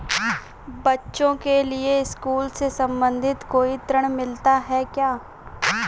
बच्चों के लिए स्कूल से संबंधित कोई ऋण मिलता है क्या?